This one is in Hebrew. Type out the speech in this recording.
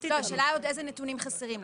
לא, השאלה עוד איזה נתונים חסרים לך.